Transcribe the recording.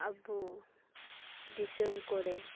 ᱟᱵᱚ ᱫᱤᱥᱚᱢ ᱠᱚᱨᱮ